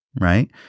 right